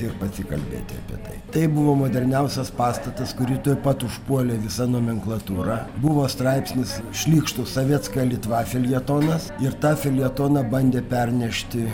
ir pasikalbėti apie tai tai buvo moderniausias pastatas kurį tuoj pat užpuolė visa nomenklatūra buvo straipsnis šlykštus sovietskaja litva feljetonas ir tą feljetoną bandė pernešti